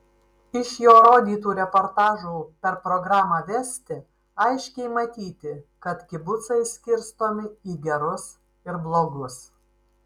iš jo rodytų reportažų per programą vesti aiškiai matyti kad kibucai skirstomi į gerus ir blogus